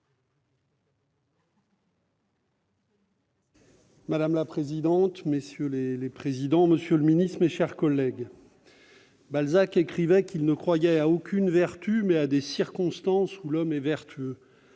Madame la présidente, monsieur le secrétaire d'État, mes chers collègues, Balzac écrivait qu'« il ne croyait à aucune vertu, mais à des circonstances où l'homme est vertueux